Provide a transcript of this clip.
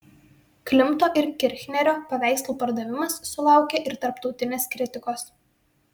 klimto ir kirchnerio paveikslų pardavimas sulaukė ir tarptautinės kritikos